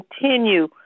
continue